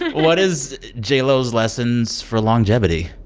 what is j lo's lessons for longevity?